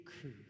crew